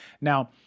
Now